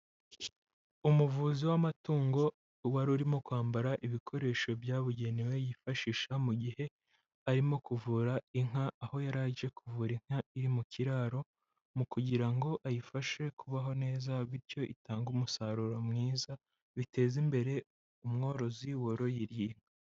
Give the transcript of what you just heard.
Umuvuzi w'amatungo wari urimo kwambara ibikoresho byabugenewe yifashisha, mu gihe arimo kuvura inka, aho yari aje kuvura inka iri mu kiraro, mu kugira ngo ayifashe kubaho neza bityo itange umusaruro mwiza, biteza imbere umworozi waroye iyi nka.